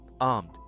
armed